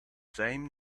same